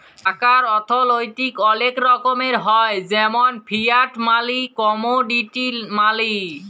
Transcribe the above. টাকার অথ্থলৈতিক অলেক রকমের হ্যয় যেমল ফিয়াট মালি, কমোডিটি মালি